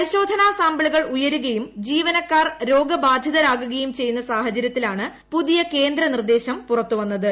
പരിശോധനാ സാമ്പിളുകൾ ഉയരുകയും ജീവനക്കാർ രോഗബാധിതരാകുകയും ചെയ്യുന്ന സാഹചര്യത്തിലാണ് പുതിയ കേന്ദ്ര നിർദ്ദേശം പുറത്തുവന്നത്